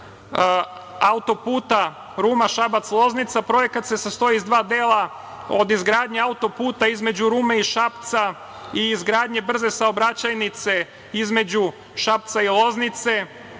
auto-puta Ruma-Šabac-Loznica. Projekat se sastoji iz dva dela. Od izgradnje auto-puta između Rume i Šapca i izgradnje brze saobraćajnice između Šapca i Loznice. To